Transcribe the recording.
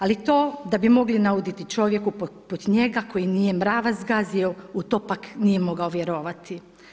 Ali to da bi mogli nauditi čovjeku poput njega koji nije mrava zgazio, u to pak nije mogao vjerovati.